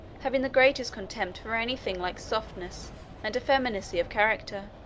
having the greatest contempt for any thing like softness and effeminacy of character.